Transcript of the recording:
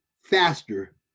faster